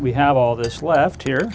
we have all this left here